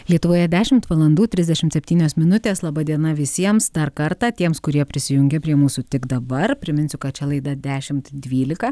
lietuvoje dešimt valandų trisdešimt septynios minutės laba diena visiems dar kartą tiems kurie prisijungė prie mūsų tik dabar priminsiu kad šią laidą dešimt dvylika